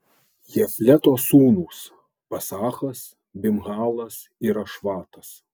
jafleto sūnūs pasachas bimhalas ir ašvatas